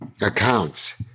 accounts